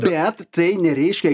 bet tai nereiškia